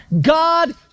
God